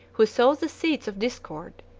who sow the seeds of discord,